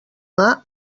una